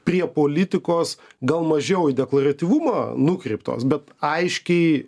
prie politikos gal mažiau į deklaratyvumą nukreiptos bet aiškiai